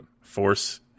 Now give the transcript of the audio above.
force